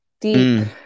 deep